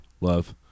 love